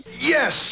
Yes